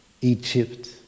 Egypt